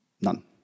None